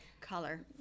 color